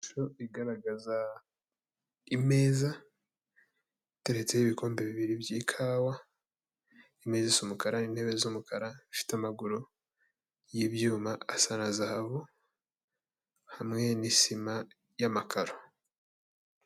Ishusho igaragaza imeza iteretseho ibikombe bibiri by'ikawa, imeza isa umukara, intebe z'umukara zifite amaguru y'ibyuma asa na zahabu hamwe n'isima y'amakaro.